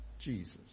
Jesus